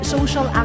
Social